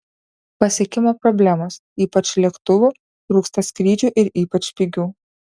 pasiekimo problemos ypač lėktuvų trūksta skrydžių ir ypač pigių